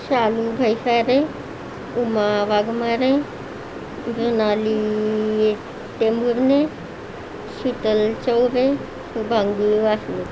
Shalu Bhaisare Uma Waghmare Mrunali Tembhurne Shital Chaubey Shubhangi Wasne